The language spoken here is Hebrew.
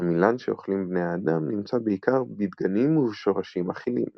העמילן שאוכלים בני האדם נמצא בעיקר בדגנים ובשורשים אכילים.